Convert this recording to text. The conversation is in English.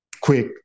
quick